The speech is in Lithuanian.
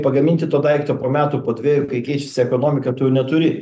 pagaminti to daikto po metų po dvejų kai keičiasi ekonomika tu neturi